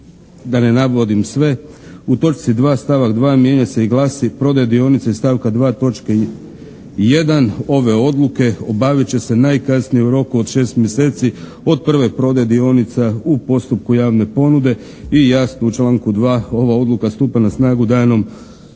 da ne navodim sve, u točci 2. stavak 2. mijenja se i glasi: "Prodaje dionica iz stavka 2. točke 1. ove odluke obavit će se najkasnije u roku od 6 mjeseci od prve prodaje dionica u postupku javne ponude" i jasno, u članku 2. ova odluka stupa na snagu danom davanja